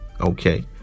okay